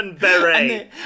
beret